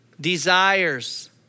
desires